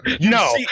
no